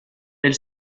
elle